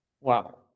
Wow